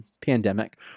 pandemic